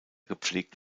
gepflegt